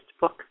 book